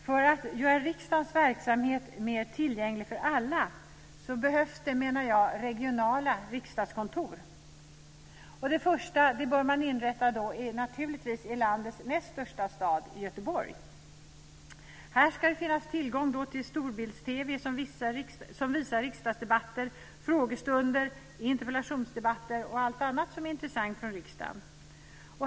För att göra riksdagens verksamhet mer tillgänglig för alla behövs det regionala riksdagskontor. Det första bör man naturligtvis inrätta i landets näst största stad - i Göteborg. Där ska det finnas tillgång till storbilds TV som visar riksdagsdebatter, frågestunder, interpellationsdebatter och allt annat som är intressant från riksdagen.